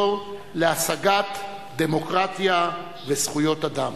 האזור להשגת דמוקרטיה וזכויות אדם.